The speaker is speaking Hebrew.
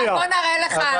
הנה בבקשה, בוא נראה לך.